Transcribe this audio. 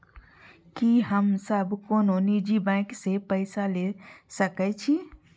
की हम सब कोनो निजी बैंक से पैसा ले सके छी?